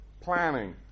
planning